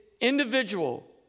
individual